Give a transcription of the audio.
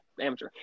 amateur